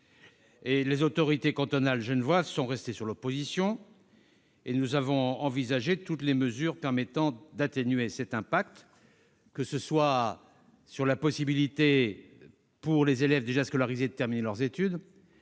Les autorités cantonales genevoises sont restées sur leur position. Nous avons envisagé toutes les mesures permettant d'atténuer l'impact de cette décision, telles que la possibilité pour les élèves déjà scolarisés de terminer leurs études